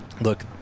look